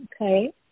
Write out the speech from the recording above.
Okay